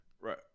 Right